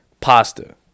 pasta